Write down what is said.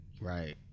Right